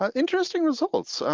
um interesting results.